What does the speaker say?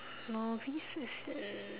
novice is a